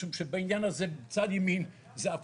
משום שבעניין הזה צד ימין זה הפרטה.